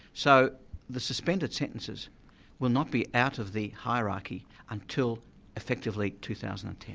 so the suspended sentences will not be out of the hierarchy until effectively two thousand and ten.